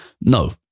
no